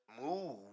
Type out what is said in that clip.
move